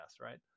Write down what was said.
right